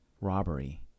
robbery